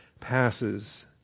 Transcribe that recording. passes